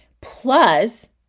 Plus